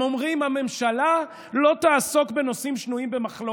הם אומרים: הממשלה לא תעסוק בנושאים שנויים במחלוקת.